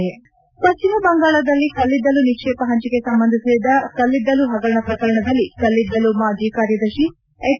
ಸಾಂಪ್ ಪಶ್ಚಿಮ ಬಂಗಾಳದಲ್ಲಿ ಕಲ್ಲಿದ್ದಲು ನಿಕ್ಷೇಪ ಹಂಚಿಕೆ ಸಂಬಂಧಿಸಿದ ಕಲ್ಲಿದ್ದಲು ಹಗರಣ ಪ್ರಕರಣದಲ್ಲಿ ಕಲ್ಲಿದ್ದಲು ಮಾಜಿ ಕಾರ್ಯದರ್ಶಿ ಎಚ್